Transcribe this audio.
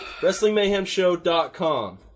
WrestlingMayhemShow.com